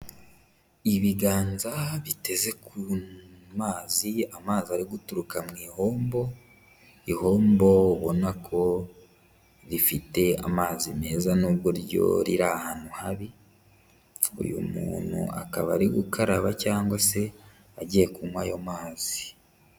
Ibiganza biteze ku mazi amazi ari guturuka mu ihombo, ihombo ubona ko rifite amazi meza nubwo ryo riri ahantu habi, uyu muntu akaba ari gukaraba cyangwa se agiye kunywa ayo mazi.